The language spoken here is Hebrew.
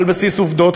על בסיס עובדות,